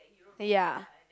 ya